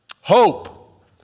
hope